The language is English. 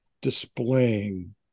displaying